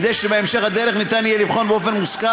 כדי שבהמשך הדרך ניתן יהיה לבחון באופן מושכל